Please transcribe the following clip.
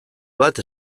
bat